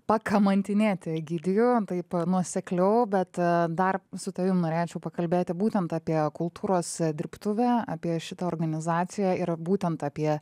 pakamantinėti egidijų taip nuosekliau bet dar su tavim norėčiau pakalbėti būtent apie kultūros dirbtuvę apie šitą organizaciją ir būtent apie